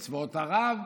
עם צבאות ערב,